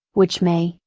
which may,